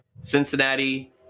Cincinnati